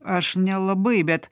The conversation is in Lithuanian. aš nelabai bet